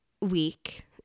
week